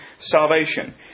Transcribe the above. salvation